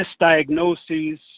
Misdiagnoses